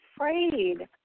afraid